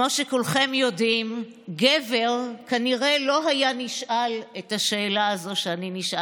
כמו שכולכם יודעים: גבר כנראה לא היה נשאל את השאלה הזו שאני נשאלתי.